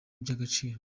iby’agaciro